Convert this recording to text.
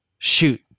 Shoot